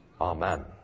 Amen